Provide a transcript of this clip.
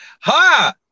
Ha